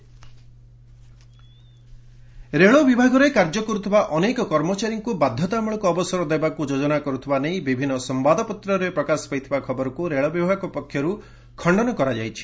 railway ଏମ୍ଲୁଇକ୍ ରେଳ ବିଭାଗରେ କାର୍ଯ୍ୟ କରୁଥିବା ଅନେକ କର୍ମଚାରୀଙ୍କୁ ବାଧ୍ୟତାମୂଳକ ଅବସର ଦେବାକୁ ଯୋଜନା କରୁଥିବା ନେଇ ବିଭିନ୍ନ ସମ୍ଭଦପତ୍ରରେ ପ୍ରକାଶ ପାଇଥିବା ଖବରକୁ ରେଳ ବିଭାଗ ପକ୍ଷରୁ ଖଶ୍ଚନ କରାଯାଇଛି